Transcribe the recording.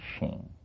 machine